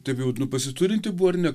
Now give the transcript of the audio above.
taip jau nu pasiturinti buvo ar ne